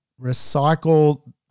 recycle